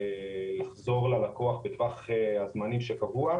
לחזור ללקוח בטווח הזמנים שקבוע,